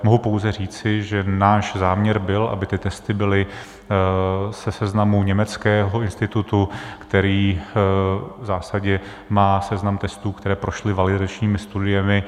Mohu pouze říci, že náš záměr byl, aby testy byly ze seznamu německého institutu, který v zásadě má seznam testů, které prošly validačními studiemi.